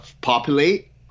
Populate